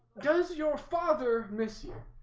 does your father miss you